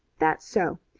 that's so.